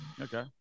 Okay